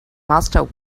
master